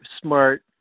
smart